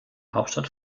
hauptstadt